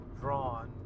drawn